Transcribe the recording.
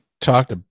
talked